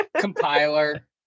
compiler